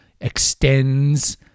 Extends